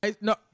no